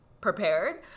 prepared